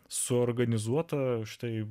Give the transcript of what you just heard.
suorganizuota štai